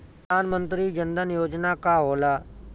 प्रधानमंत्री जन धन योजना का होला?